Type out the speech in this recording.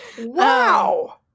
Wow